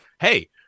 hey